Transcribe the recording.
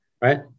right